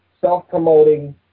self-promoting